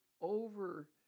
over